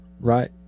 Right